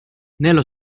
nello